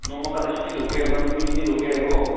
ꯅꯣꯡꯃ ꯈꯛꯇ ꯁꯨꯇꯤ ꯂꯧꯒꯦ ꯍꯥꯏꯕ꯭ꯔꯥ ꯅꯨꯃꯤꯠ ꯅꯤꯅꯤ ꯂꯧꯒꯦ ꯍꯥꯏꯕ꯭ꯔꯣ